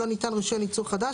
קשר,